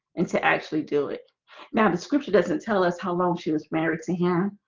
and to actually do it now. the scripture doesn't tell us how long she was married to him.